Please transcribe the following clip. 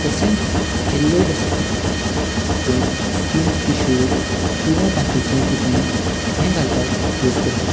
तशेंच yellow dustbin तें skin tissues किंवा बाकीचें कितें हें घालपाक यूज करता